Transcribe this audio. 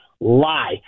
Lie